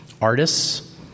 artists